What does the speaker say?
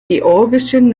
georgischen